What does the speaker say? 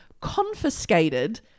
confiscated